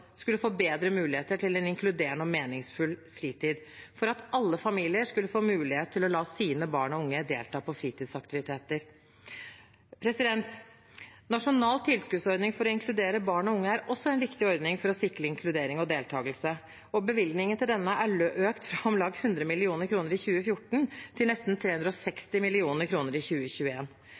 skulle få bedre muligheter til en inkluderende og meningsfull fritid, for at alle familier skulle få mulighet til å la sine barn og unge delta på fritidsaktiviteter. Nasjonal tilskuddsordning for å inkludere barn og unge er også en viktig ordning for å sikre inkludering og deltakelse, og bevilgningen til denne er økt fra om lag 100 mill. kr i 2014 til nesten 360 mill. kr i